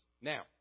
Now